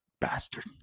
Bastard